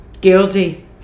Guilty